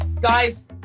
Guys